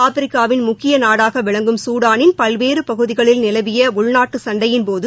ஆப்ரிக்காவின் முக்கிய நாடாக விளங்கும் சூடானின் பல்வேறு பகுதிகளில் நிலவிய உள்நாட்டு சண்டையின்போது